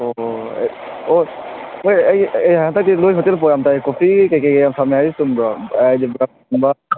ꯑꯣ ꯍꯣꯏ ꯑꯩ ꯍꯟꯗꯛꯇꯤ ꯅꯣꯏ ꯍꯣꯇꯦꯜ ꯄꯥꯎ ꯌꯥꯝ ꯇꯥꯏ ꯀꯣꯐꯤ ꯀꯩ ꯀꯩ ꯌꯥꯝ ꯐꯪꯏ ꯍꯥꯏꯁꯦ ꯆꯨꯝꯕ꯭ꯔꯣ ꯍꯥꯏꯗꯤ ꯕꯔꯞ ꯀꯨꯝꯕ